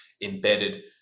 embedded